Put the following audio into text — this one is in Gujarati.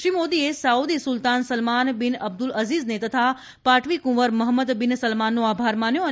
શ્રી મોદીએ સાઉદી સુલતાન સલમાન બીન અબ્દુલઅઝીઝને તથા પાટવી કુંવર મહંમદ બીન સલમાનનો આભાર માન્યો છે